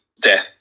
death